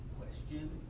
question